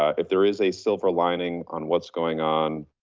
if there is a silver lining on what's going on,